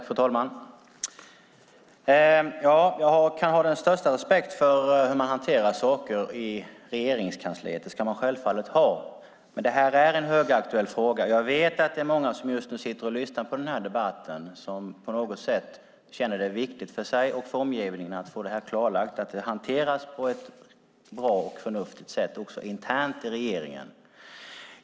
Fru talman! Jag kan ha den största respekt för hur man hanterar saker i Regeringskansliet - det ska man självfallet ha - men det här är en högaktuell fråga. Jag vet att många just nu lyssnar på den här debatten och som på något sätt känner att det är viktigt för egen del och för omgivningen att få klarlagt att detta hanteras på ett bra och förnuftigt sätt också internt i regeringen.